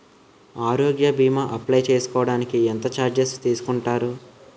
ఆరోగ్య భీమా అప్లయ్ చేసుకోడానికి ఎంత చార్జెస్ తీసుకుంటారు?